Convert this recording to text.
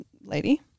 lady